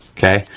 okay?